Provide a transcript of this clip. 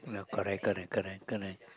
ya correct correct correct correct